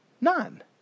None